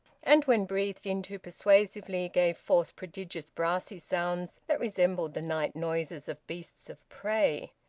and when breathed into persuasively gave forth prodigious brassy sounds that resembled the night-noises of beasts of prey.